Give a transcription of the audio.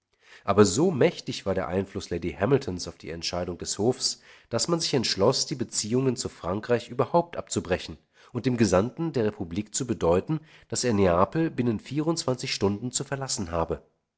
aber so mächtig war der einfluß lady hamiltons auf die entscheidung des hofs daß man sich entschloß die beziehungen zu frankreich überhaupt abzubrechen und dem gesandten der republik zu bedeuten daß er neapel binnen vierundzwanzig stunden zu verlassen habe